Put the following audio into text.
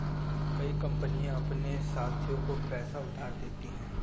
कई कंपनियां अपने साथियों को पैसा उधार देती हैं